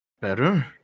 better